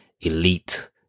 elite